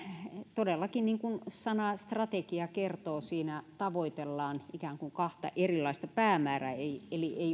todellakin niin kuin sana strategia kertoo siinä tavoitellaan ikään kuin kahta erilaista päämäärää eli kysymys ei